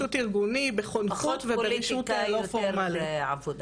ארגוני, בחונכות וברישות לא פורמלי.